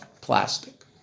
plastic